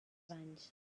anys